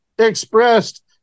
expressed